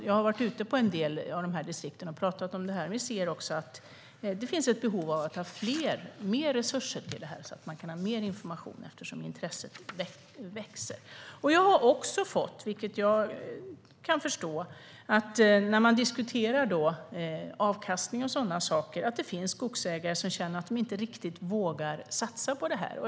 Jag har varit ute i en del av distrikten och pratat om det här, och vi ser också att det finns ett behov av mer resurser till detta så att man kan ha mer information, eftersom intresset växer. Jag kan förstå att när man diskuterar avkastning finns det skogsägare som känner att de inte riktigt vågar satsa.